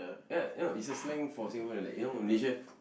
ya you know it's a slang for Singapore like you know Malaysia